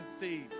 thief